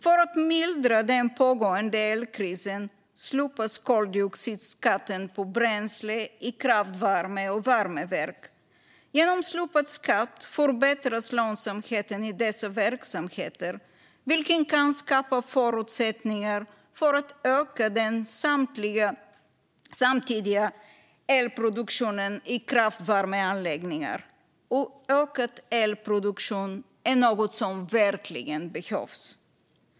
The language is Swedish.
För att mildra den pågående elkrisen slopas koldioxidskatten på bränsle i kraftvärme och värmeverk. Genom slopad skatt förbättras lönsamheten i dessa verksamheter, vilket kan skapa förutsättningar för att öka den samtidiga elproduktionen i kraftvärmeanläggningar. Och ökad elproduktion är något som verkligen behövs.